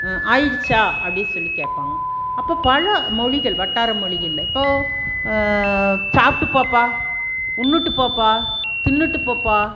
ஆகிடுச்சா அப்படி சொல்லி கேட்பாங்க அப்போ பல மொழிகள் வட்டார மொழிகளில் இப்போது சாப்பிட்டு போப்பா உண்ணுவிட்டு போப்பா தின்னுவிட்டு போப்பா